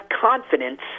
confidence